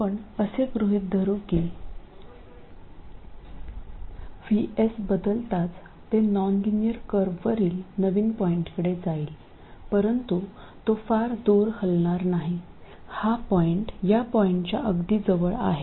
आम्ही असे गृहीत धरू की VS बदलताच ते नॉनलिनियर कर्ववरील नवीन पॉईंटकडे जाईल परंतु तो फार दूर हलणार नाही हा पॉईंट या पॉईंटच्या अगदी जवळ आहे